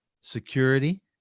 security